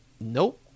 Nope